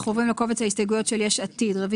רוויזיה על הסתייגות מספר